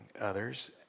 others